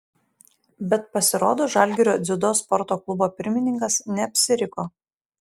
bet pasirodo žalgirio dziudo sporto klubo pirmininkas neapsiriko